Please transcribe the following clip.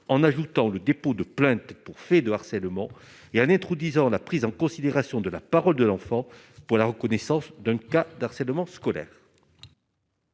en ajoutant le dépôt de plaintes pour faits de harcèlement, il y a des trous, 10 ans, la prise en considération de la parole de l'enfant pour la reconnaissance d'un cas d'harcèlement scolaire.